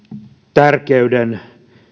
tärkeyden